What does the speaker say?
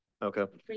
Okay